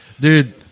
Dude